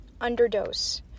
underdose